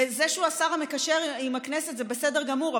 זה שהוא השר המקשר עם הכנסת זה בסדר גמור,